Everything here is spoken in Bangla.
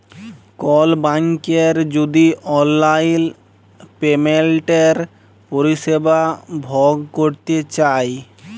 কল ব্যাংকের যদি অললাইল পেমেলটের পরিষেবা ভগ ক্যরতে চায়